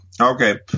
Okay